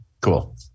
Cool